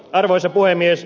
arvoisa puhemies